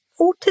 autism